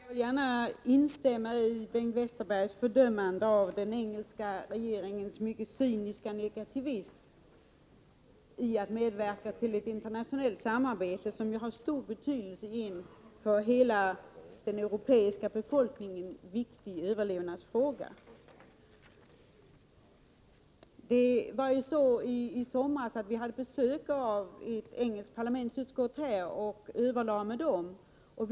Herr talman! Jag vill gärna instämma i Bengt Westerbergs fördömande av den engelska regeringens mycket cyniska negativism när det gäller att medverka i ett internationellt samarbete, som skulle ha stor betydelse i en för hela den europeiska befolkningen viktig överlevnadsfråga. I somras hade vi besök av ett engelskt parlamentsutskott och överlade med dess ledamöter.